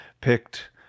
picked